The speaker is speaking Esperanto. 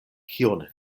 kion